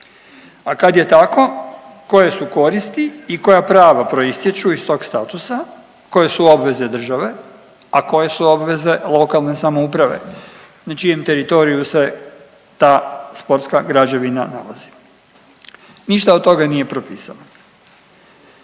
A kad je tako koje su koristi i koja prava proistječu iz tog statusa, koje su obveze države, a koje su obveze lokalne samouprave na čijem teritoriju se ta sportska građevina nalazi. Ništa od toga nije propisano.